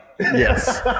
Yes